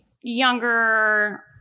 younger